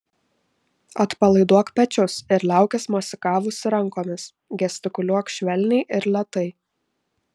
atpalaiduok pečius ir liaukis mosikavusi rankomis gestikuliuok švelniai ir lėtai